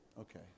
okay